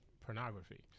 pornography